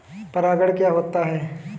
परागण क्या होता है?